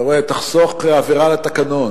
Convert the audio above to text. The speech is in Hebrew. אתה רואה, תחסוך עבירה על התקנון,